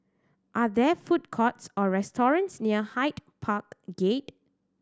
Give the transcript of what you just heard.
are there food courts or restaurants near Hyde Park Gate